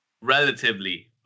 Relatively